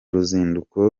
ruzinduko